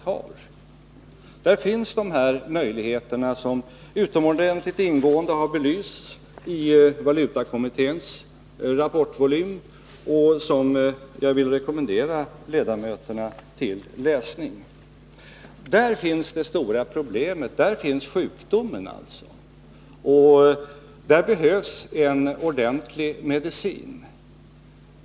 Här finns de möjligheter som utomordentligt ingående har belysts i valutakommitténs rapportvolym, som jag vill rekommendera ledamöterna att läsa. Här finns det stora problemet, här finns sjukdomen. Och här behövs en ordentlig medicin.